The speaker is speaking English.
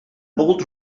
bold